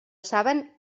saben